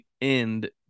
end